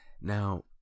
Now